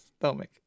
stomach